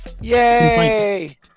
Yay